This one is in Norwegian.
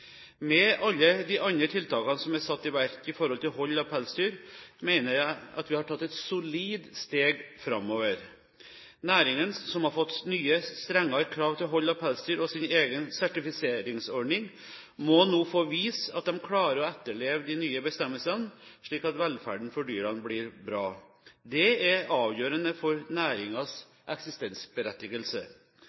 Med alle de andre tiltakene som er satt i verk når det gjelder hold av pelsdyr, mener jeg vi har tatt et solid steg framover. Næringen, som har fått nye, strengere krav til hold av pelsdyr og sin egen sertifiseringsordning, må nå få vise at de klarer å etterleve de nye bestemmelsene, slik at velferden for dyrene blir bra. Det er avgjørende for næringens eksistensberettigelse.